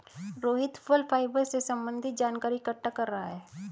रोहित फल फाइबर से संबन्धित जानकारी इकट्ठा कर रहा है